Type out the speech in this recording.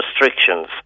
restrictions